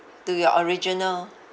to your original